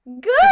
Good